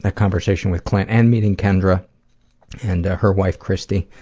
ah conversation with clint and meeting kendra and her wife, kristy.